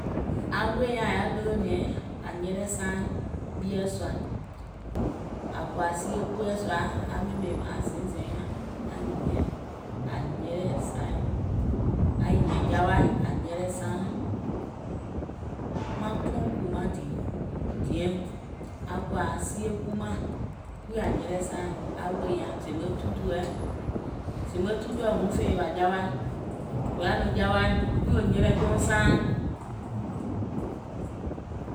Aŋ wòì nyaŋ yaȧ ɗolònɛ̀ŋ àŋ nyɛlɛ saaŋ ɓieɛ̀ sùà. À kɔ̀à sie kuuɛ̀ sùȧ, aŋ ɓèmè aŋ zɛinzɛiŋ aiŋ hiàŋ àŋ nyɛlɛ saaìŋ, aiŋ hìàŋ jawaì àŋ nyɛlɛ saaŋ, maŋ pùlɔùŋ kùù maŋ dìì zemgbe tùtùɛ huŋ fè yèwà jawaì, wò yaà nɔŋ jawaì, kuŋ wò nyɛlɛ jouŋ saaàŋ.